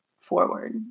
forward